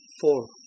four